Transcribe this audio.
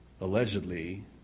allegedly